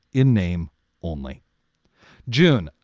in name only june.